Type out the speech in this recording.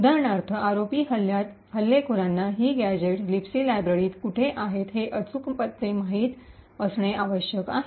उदाहरणार्थ आरओपी हल्ल्यात हल्लेखोरांना ही गॅझेट लिबसी लायब्ररीत कुठे आहेत हे अचूक पत्ते माहित असणे आवश्यक आहे